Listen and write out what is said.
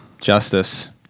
Justice